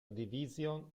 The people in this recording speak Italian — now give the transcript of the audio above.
division